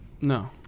No